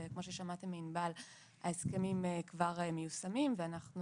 וכמו ששמעתם מענבל ההסכמים כבר מיושמים ואנחנו